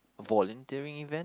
volunteering event